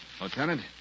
Lieutenant